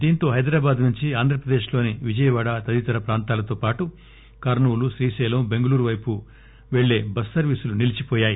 దీంతో హైదరాబాద్ నుంచి ఆంధ్రప్రదేశ్లోని విజయవాడ తదితర ప్రాంతాలతోపాటు కర్సూలు శ్రీశైలం బెంగళూరు పైపునకు బస్ సర్వీసులు నిలీచిపోయాయి